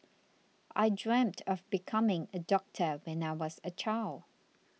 I dreamt of becoming a doctor when I was a child